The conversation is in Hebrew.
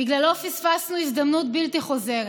בגללו פספסנו הזדמנות בלתי חוזרת,